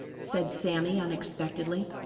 said sammy unexpectedly.